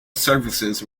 services